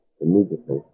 immediately